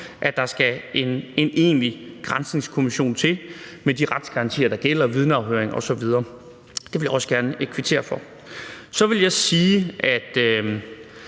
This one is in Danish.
at der skal en egentlig granskningskommission til med de retsgarantier, der gælder med vidneafhøring osv. Det vil jeg også gerne kvittere for. Kl. 12:10 Så vil jeg sige, at